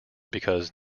because